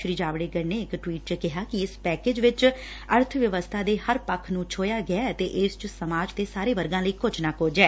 ਸ੍ਰੀ ਜਾਵੜੇਕਰ ਨੇ ਇਕ ਟਵੀਟ 'ਚ ਕਿਹਾ ਕਿ ਇਸ ਪੈਕੇਜ ਵਿਚ ਅਰਥ ਵਿਵਸਥਾ ਦੇ ਹਰ ਪੱਖ ਨੂੰ ਛੋਹਿਆ ਗਿਐ ਅਤੇ ਇਸ 'ਚ ਸਮਾਜ ਦੇ ਸਾਰੇ ਵਰਗਾਂ ਲਈ ਕਝ ਨਾ ਕੁਝ ਏ